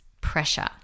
pressure